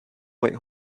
white